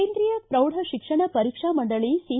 ಕೇಂದ್ರೀಯ ಪ್ರೌಢ ಶಿಕ್ಷಣ ಪರೀಕ್ಷಾ ಮಂಡಳಿ ಸಿ